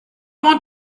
want